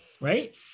Right